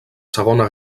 segona